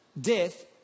death